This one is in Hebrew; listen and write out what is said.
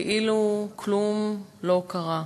כאילו כלום לא קרה.